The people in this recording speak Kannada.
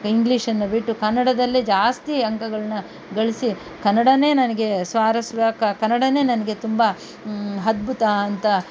ಇಂಗ್ಲೀಷನ್ನು ಬಿಟ್ಟು ಕನ್ನಡದಲ್ಲೇ ಜಾಸ್ತಿ ಅಂಕಗಳನ್ನ ಗಳಿಸಿ ಕನ್ನಡವೇ ನನಗೆ ಸ್ವಾರಸ್ಯ ಕನ್ನಡನೇ ನನಗೆ ತುಂಬ ಅದ್ಭುತ ಅಂತ